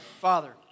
father